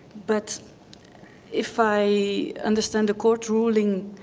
but if i understand the court ruling,